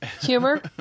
Humor